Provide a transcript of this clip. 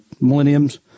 millenniums